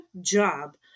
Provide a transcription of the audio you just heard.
job